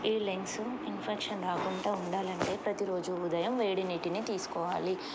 ఈ lungs infection రాకుండా ఉండాలంటే ప్రతిరోజు ఉదయం వేడి నీటిని తీసుకోవాలి